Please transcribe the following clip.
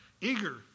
eager